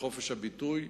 בחופש הביטוי,